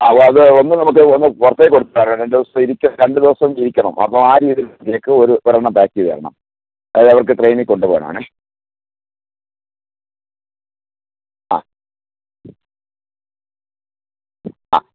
ആ അത് ഒന്ന് നമുക്ക് ഒന്ന് പുറത്തേക്ക് കൊടുത്ത് വിടാനാ രണ്ട് ദിവസത്തേക്ക് ഇരിക്കണം രണ്ട് ദിവസം ഇരിക്കണം അപ്പം ആ രീതിക്ക് കേക്ക് ഒരു ഒരെണ്ണം പാക്ക് ചെയ്ത് തരണം അതവർക്ക് ട്രെയിനിൽ കൊണ്ടുപോവാനാണെ അ അ